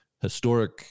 historic